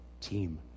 Team